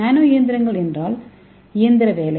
நானோ இயந்திரங்கள் என்றால் இயந்திர வேலை